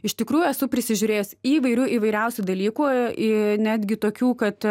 iš tikrųjų esu prisižiūrėjus įvairių įvairiausių dalykų i netgi tokių kad